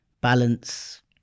balance